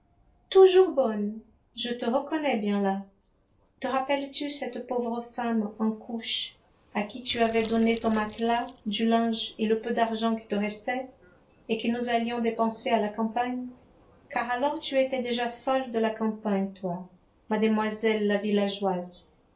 toujours bonne je te reconnais bien là te rappelles-tu cette pauvre femme en couches à qui tu avais donné ton matelas du linge et le peu d'argent qui te restait et que nous allions dépenser à la campagne car alors tu étais déjà folle de la campagne toi mademoiselle la villageoise